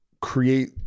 create